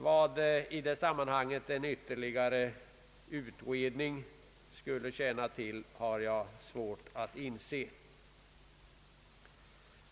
Vad en ytterligare utredning skulle tjäna till har jag svårt att inse.